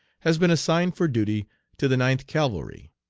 has been assigned for duty to the ninth cavalry,